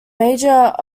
major